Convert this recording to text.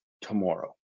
tomorrow